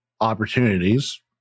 opportunities